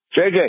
JJ